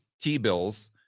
T-bills